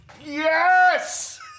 Yes